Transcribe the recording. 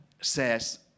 says